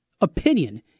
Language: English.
opinion